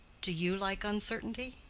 do you like uncertainty?